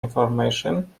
information